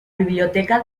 biblioteca